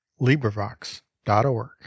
LibriVox.org